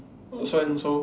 so and so